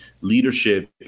leadership